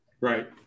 Right